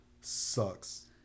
sucks